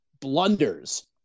blunders